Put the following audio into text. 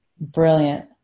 Brilliant